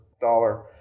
dollar